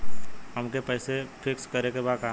अमके पैसा फिक्स करे के बा?